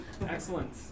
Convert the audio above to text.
Excellent